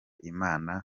imana